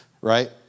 right